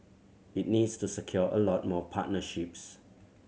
it needs to secure a lot more partnerships